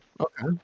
Okay